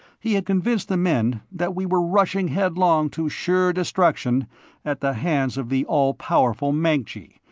he had convinced the men that we were rushing headlong to sure destruction at the hands of the all-powerful mancji,